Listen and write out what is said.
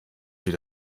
sie